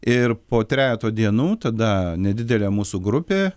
ir po trejeto dienų tada nedidelė mūsų grupė